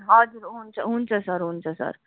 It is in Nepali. हजुर हुन्छ हुन्छ सर हुन्छ सर